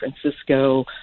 Francisco